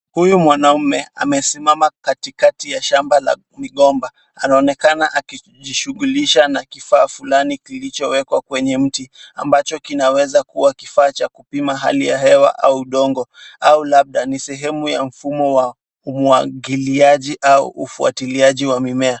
Huyu mwanaume amesimama katikati ya shamba la migomba. Anaonekana akijishughulisha na kifaa fulani kilichowekwa kwenye mti, ambacho kinaweza kuwa kifaa cha kupima hali ya hewa au udongo au labda ni sehemu ya mfumo wa umwagiliaji au ufuatiliaji wa mimea.